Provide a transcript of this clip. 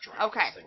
Okay